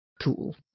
tool